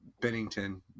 Bennington